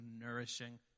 nourishing